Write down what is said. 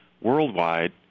worldwide